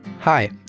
Hi